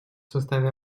составе